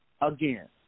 again